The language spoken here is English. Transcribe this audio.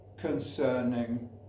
concerning